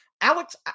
Alex